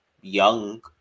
Young